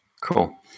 Cool